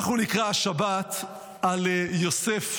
נקרא השבת על יוסף,